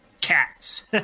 cats